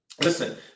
Listen